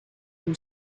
who